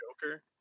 Joker